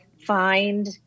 find